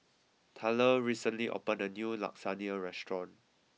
Tylor recently opened a new Lasagna restaurant